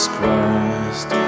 Christ